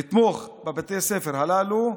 לתמוך בבתי הספר הללו.